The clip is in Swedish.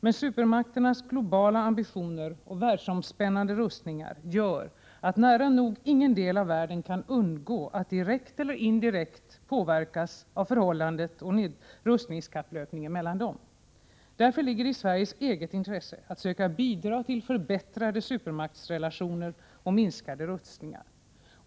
Men supermakternas globala ambitioner och världsomspännande rustningar gör att nära nog ingen del av världen kan undgå att direkt eller indirekt påverkas av förhållandet och rustningskapplöpningen mellan dem. Därför ligger det i Sveriges eget intresse att försöka bidra till förbättrade supermaktsrelationer och minskade rustningar.